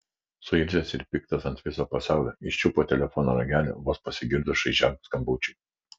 suirzęs ir piktas ant viso pasaulio jis čiupo telefono ragelį vos pasigirdus šaižiam skambučiui